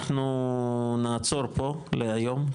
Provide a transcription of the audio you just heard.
אנחנו נעצור פה להיום,